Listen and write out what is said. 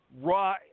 raw